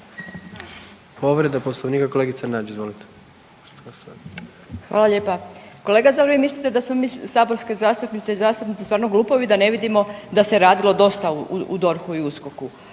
Hvala lijepa. Kolega, zar vi mislite da smo mi saborske zastupnice i zastupnici stvarno glupi da ne vidimo da se radilo dosta u DORH-u i USKOK-u?